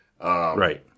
Right